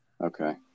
Okay